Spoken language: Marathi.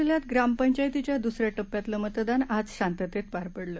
जिल्ह्यात ग्रामपंचायतीच्या दुसऱ्याटप्प्यातलं मतदान आज शांततेत पार पडलं